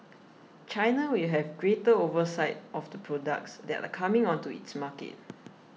China will have greater oversight of the products that are coming onto its market